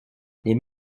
les